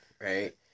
right